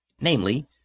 Namely